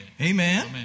Amen